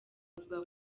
avuga